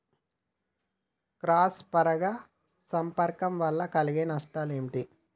Cross పరాగ సంపర్కం వల్ల కలిగే నష్టాలు ఏమిటి?